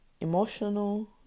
emotional